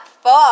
four